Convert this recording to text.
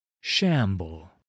Shamble